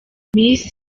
miss